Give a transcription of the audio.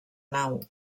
nau